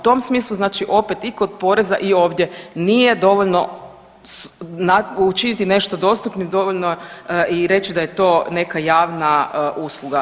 U tom smislu opet i kod poreza i ovdje nije dovoljno učiniti nešto dostupnim dovoljno i reći da je to neka javna usluga.